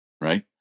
right